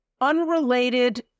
unrelated